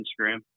Instagram